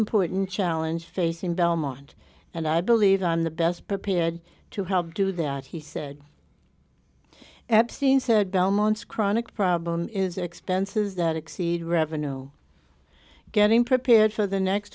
important challenge facing belmont and i believe on the best prepared to help do that he said absent said belmont's chronic problem is the expenses that exceed revenue no getting prepared for the